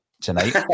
tonight